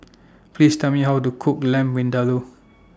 Please Tell Me How to Cook Lamb Vindaloo